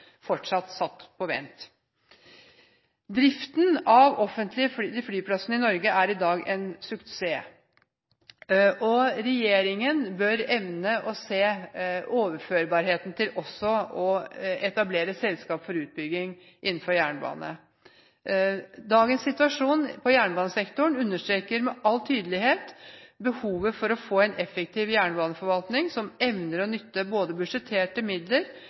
fortsatt satt på vent. Driften av de offentlige flyplassene i Norge er i dag en suksess, og regjeringen bør evne å se overførbarheten til også å etablere selskap for utbygging innenfor jernbane. Dagens situasjon på jernbanesektoren understreker med all tydelighet behovet for å få en effektiv jernbaneforvaltning som evner å nytte budsjetterte midler